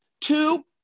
two